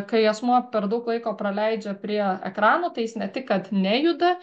kai asmuo per daug laiko praleidžia prie ekrano tai jis ne tik kad nejuda